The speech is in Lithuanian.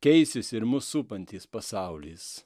keisis ir mus supantis pasaulis